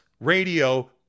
radio